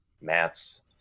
mats